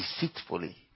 deceitfully